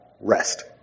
rest